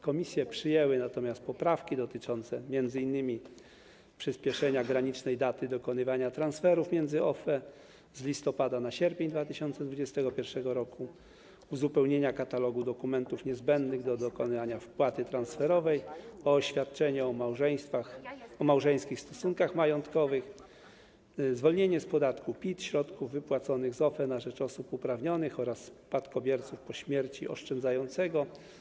Komisje przyjęły natomiast poprawki dotyczące m.in. przyspieszenia granicznej daty dokonywania transferów między OFE z listopada na sierpień 2021 r., uzupełnienia katalogu dokumentów niezbędnych do dokonania wypłaty transferowej o oświadczenia o małżeńskich stosunkach majątkowych, zwolnienia z podatku PIT środków wypłaconych z OFE na rzecz osób uprawnionych oraz spadkobierców po śmierci oszczędzającego.